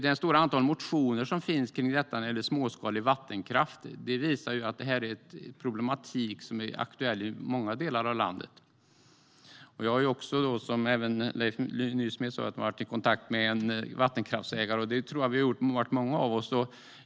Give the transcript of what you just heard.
Det stora antalet motioner när det gäller småskalig vattenkraft visar att det här är en problematik som är aktuell i många delar av landet. Jag har också, liksom Leif Nysmed, varit i kontakt med en vattenkraftsägare, vilket jag tror att många av oss har.